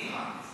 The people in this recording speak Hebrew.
הפנים.